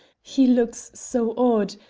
he looks so odd,